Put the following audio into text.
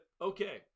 okay